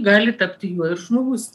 gali tapti juo ir žmogus